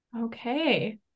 Okay